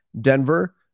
Denver